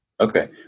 Okay